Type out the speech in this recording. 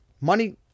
money